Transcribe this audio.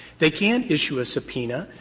they can't issue a subpoena.